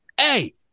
Hey